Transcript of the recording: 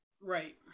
Right